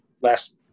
last